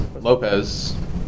Lopez